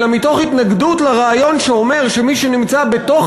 אלא מתוך התנגדות לרעיון שאומר שמי שנמצא בתוך